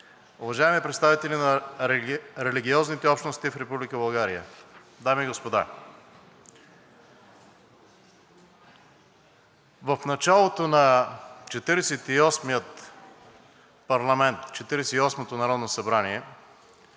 уважаеми представители на религиозните общности в Република България, дами и господа! В началото на Четиридесет и осмото народно събрание